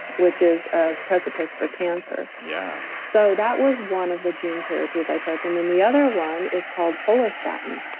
which is a precipice for cancer yeah so that was one of the gene therapies i took. and then the other one is called follistatin.